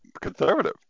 conservative